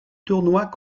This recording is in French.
tournoi